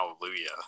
hallelujah